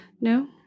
no